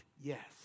Yes